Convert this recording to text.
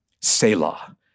Selah